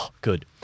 Good